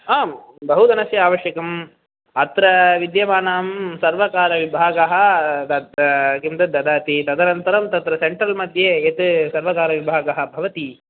आं बहुधनस्य आवश्यकम् अत्र विद्यमानः सर्वकारविभागः तत् किञ्चित् ददाति तदनन्तरं तत्र सेण्ट्रल् मध्ये यत् सर्वकारविभागः भवति